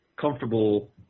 comfortable